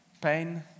pain